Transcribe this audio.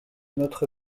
notre